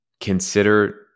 consider